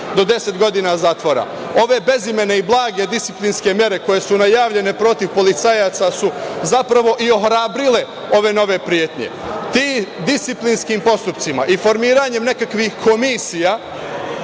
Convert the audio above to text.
do 10 godina zatvora. Ove bezimene i blage disciplinske mere koje su najavljene protiv policajaca su zapravo i ohrabrile ove nove pretnje, tim disciplinskim postupcima i formiranje nekakvih komisija,